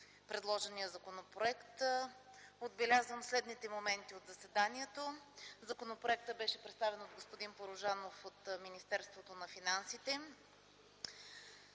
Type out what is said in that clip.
предложения законопроект.” Отбелязвам следните моменти от заседанието: законопроектът беше представен от господин Порожанов от Министерството на финансите.